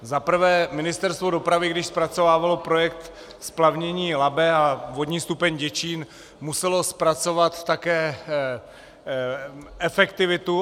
Zaprvé Ministerstvo dopravy, když zpracovávalo projekt splavnění Labe a vodní stupeň Děčín, muselo zpracovat také efektivitu.